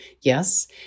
Yes